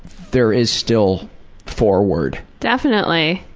there is still forward. definitely,